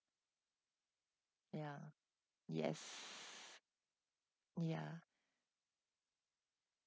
ya yes ya